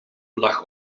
lag